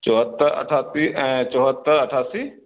چوہتر اٹھاسی چوہتر اٹھاسی